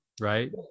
Right